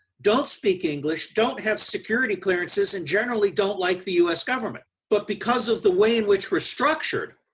don't speak english, don't have security clearances and generally don't like the u s. government, but because of the way in which we are structured.